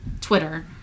Twitter